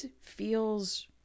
feels